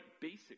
basic